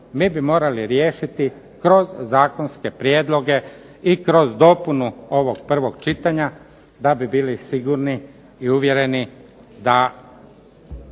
mi bi morali riješiti kroz zakonske prijedloge i kroz dopunu ovog prvog čitanja, da bi bili sigurni i uvjereni da